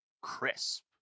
crisp